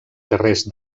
carrers